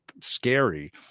scary